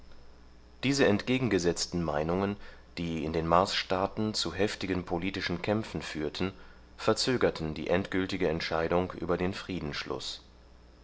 diese entgegengesetzten meinungen die in den marsstaaten zu heftigen politischen kämpfen führten verzögerten die endgültige entscheidung über den